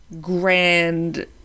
grand